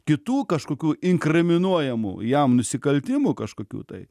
kitų kažkokių inkriminuojamų jam nusikaltimų kažkokių tai